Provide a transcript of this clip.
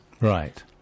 right